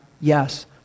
yes